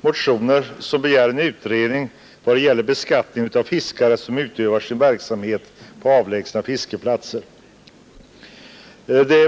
motioner, i vilka begärs en utredning i vad gäller beskattning av fiskare som utövar sin verksamhet på avlägsna fiskeplatser.